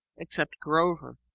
except grover,